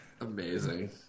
Amazing